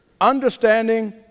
understanding